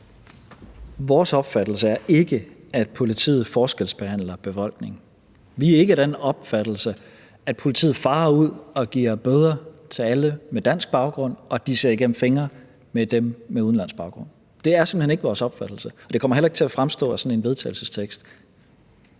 Vores opfattelse er ikke, at politiet forskelsbehandler befolkningen. Vi er ikke af den opfattelse, at politiet farer ud og giver bøder til alle med dansk baggrund, og at de ser igennem fingre med det, som dem med udenlandsk baggrund gør. Det er simpelt hen ikke vores opfattelse. Og det kommer heller ikke til at fremgå af sådan et forslag til